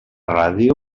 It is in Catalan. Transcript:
ràdio